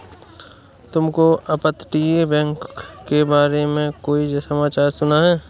तुमने अपतटीय बैंक के बारे में कोई समाचार सुना है?